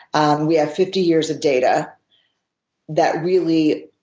and we have fifty years of data that really